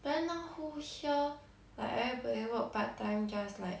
then now who here like everybody work part time just like